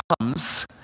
comes